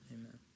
Amen